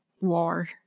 war